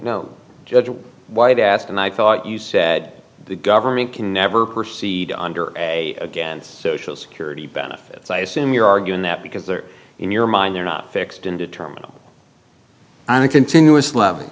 no judge white asked and i thought you said the government can never proceed under against social security benefits i assume you're arguing that because they're in your mind they're not fixed in determining on a continuous l